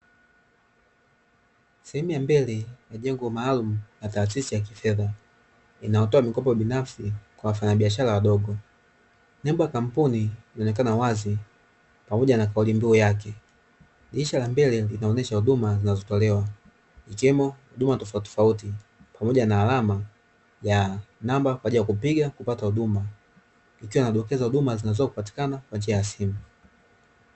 Sehemu ya mbele ya jengo maalumu la taasisi ya kifedha inayotoa mikopo binafsi kwa wafanyabiashara wadogo, nembo ya kampuni inaonekana wazi pamoja na kaulimbiu yake, dirisha la mbele linaonyesha huduma zinazotolewa ikiwemo huduma tofauti tofauti pamoja na alama ya namba kwa ajili ya kupiga kupata huduma, ikiwa inadokeza huduma zinazoweza kupatikana kwa njia ya simu.